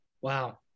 Wow